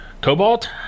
cobalt